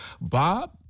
Bob